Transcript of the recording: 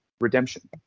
Redemption